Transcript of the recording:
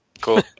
Cool